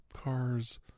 cars